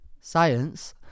science